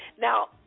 Now